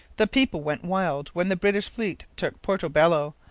the people went wild when the british fleet took porto bello,